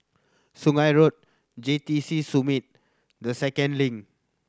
Sungei Road J T C Summit The Second Link